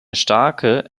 starke